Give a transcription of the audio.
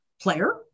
player